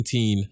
2019